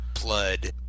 blood